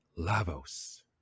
lavos